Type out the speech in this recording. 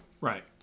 Right